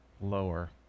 Lower